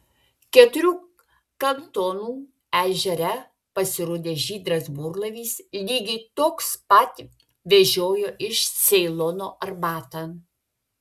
keturių kantonų ežere pasirodė žydras burlaivis lygiai toks pat vežiojo iš ceilono arbatą